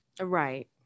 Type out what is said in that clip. Right